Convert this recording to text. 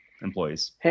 employees